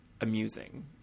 amusing